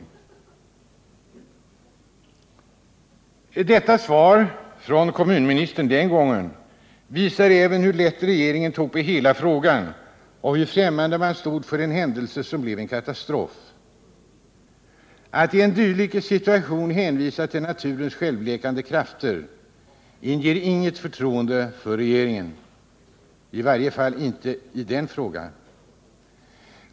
Med detta kommunikationsministerns svar visas även hur lätt regeringen tog på hela frågan och hur främmande man stod inför en händelse som blev en katastrof. Att i en dylik situation hänvisa till naturens självläkande krafter inger inget förtroende för regeringen —i varje fall i denna fråga.